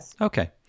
okay